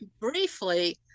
briefly